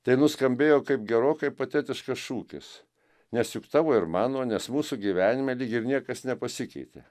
tai nuskambėjo kaip gerokai patetiškas šūkis nes juk tavo ir mano nes mūsų gyvenime lyg ir niekas nepasikeitė